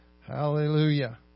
Hallelujah